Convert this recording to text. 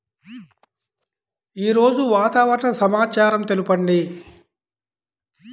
ఈరోజు వాతావరణ సమాచారం తెలుపండి